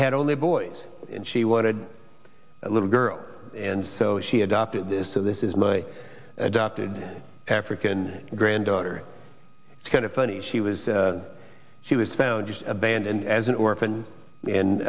had only boys and she wanted a little girl and so she adopted this so this is my adopted african granddaughter kind of funny she was she was found just abandoned as an orphan and